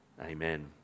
amen